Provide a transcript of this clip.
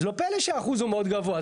אז לא פלא שהאחוז מאוד גבוה.